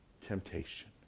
temptation